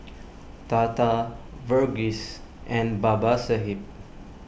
Tata Verghese and Babasaheb